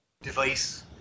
Device